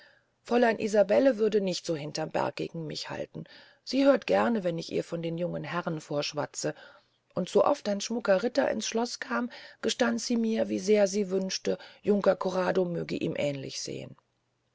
fräulein isabelle würde nicht so hinterm berge gegen mich halten sie hört gern wenn ich ihr von jungen herrn vorschwatze und so oft ein schmucker ritter ins schloß kam gestand sie mir wie sehr sie wünsche junker corrado mögte ihm ähnlich sehn